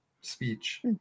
speech